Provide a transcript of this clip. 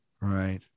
Right